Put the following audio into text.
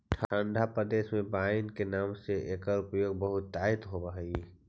ठण्ढा प्रदेश में वाइन के नाम से एकर उपयोग बहुतायत होवऽ हइ